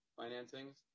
financings